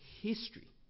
history